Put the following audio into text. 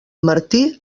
martí